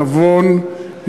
נבון,